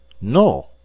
No